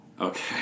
Okay